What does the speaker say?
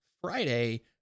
friday